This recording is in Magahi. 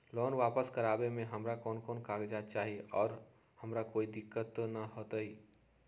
लोन पास करवावे में हमरा कौन कौन कागजात चाही और हमरा कोई दिक्कत त ना होतई?